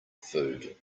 food